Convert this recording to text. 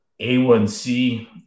A1C